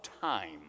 time